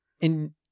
In-